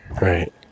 Right